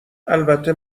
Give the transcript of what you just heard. البته